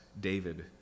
David